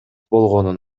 болгонун